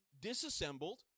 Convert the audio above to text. disassembled